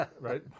Right